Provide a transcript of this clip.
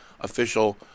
official